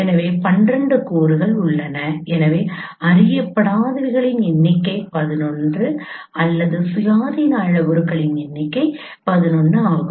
எனவே 12 கூறுகள் உள்ளன எனவே அறியப்படாதவைகளின் எண்ணிக்கை 11 அல்லது சுயாதீன அளவுருவின் எண்ணிக்கை 11 ஆகும்